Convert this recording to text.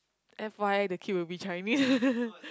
f_y_i the kid will be Chinese